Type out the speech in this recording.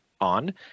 on